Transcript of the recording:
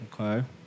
Okay